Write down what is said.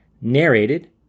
narrated